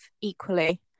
equally